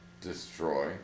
Destroy